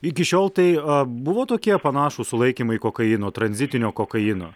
iki šiol tai buvo tokie panašūs sulaikymai kokaino tranzitinio kokaino